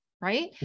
right